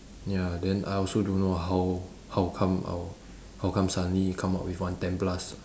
ya then I also don't know how how come I'll how come suddenly come out with one ten plus